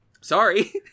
Sorry